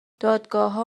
دادگاهها